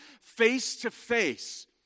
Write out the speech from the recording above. face-to-face